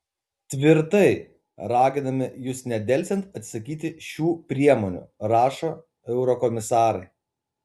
tvirtai raginame jus nedelsiant atsisakyti šių priemonių rašo eurokomisarai